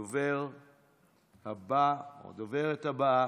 הדוברת הבאה,